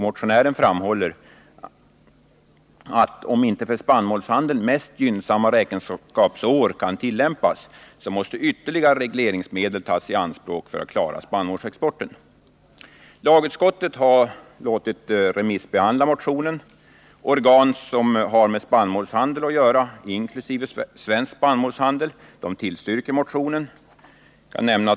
Motionären framhåller att om inte för spannmålshandeln mest gynnsamma räkenskapsår kan tillämpas, måste ytterligare regleringsmedel tas i anspråk för att klara spannmålsexporten. Lagutskottet har låtit remissbehandla motionen. Organ som har med spannmålshandel att göra, inkl. Svensk spannmålshandel, tillstyrker motionen.